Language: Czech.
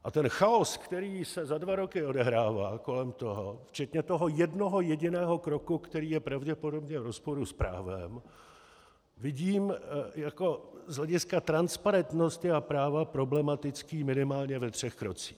A chaos, který se za dva roky odehrává kolem toho, včetně toho jednoho jediného kroku, který je pravděpodobně v rozporu s právem, vidím jako z hlediska transparentnosti a práva problematický minimálně ve třech krocích.